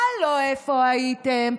הלו, איפה הייתם?